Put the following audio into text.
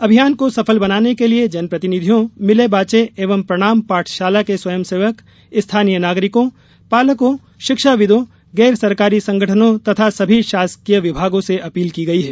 अभियान को सफल बनाने के लिये जन प्रतिनिधियों मिल बांचें एवं प्रणाम पाठशाला के स्वयंसेवक स्थानीय नागरिकों पालकों शिक्षाविदों गैर सरकारी संगठनों तथा सभी शासकीय विभागों से अपील की गई है